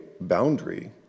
boundary